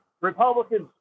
Republicans